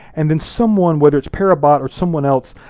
and then someone, whether it's per abbat or someone else,